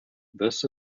this